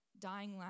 dying